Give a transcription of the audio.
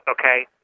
okay